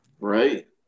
Right